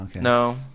no